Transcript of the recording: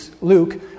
Luke